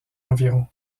environ